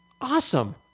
awesome